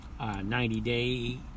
90-day